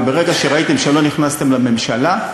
וברגע שראית שלא נכנסתם לממשלה,